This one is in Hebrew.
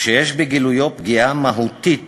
שיש בגילויו פגיעה מהותית